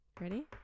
ready